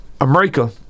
America